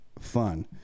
fun